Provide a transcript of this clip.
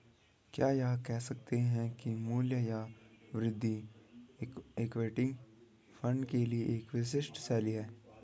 क्या यह कह सकते हैं कि मूल्य या वृद्धि इक्विटी फंड के लिए एक विशिष्ट शैली है?